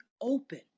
open